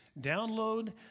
download